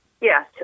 Yes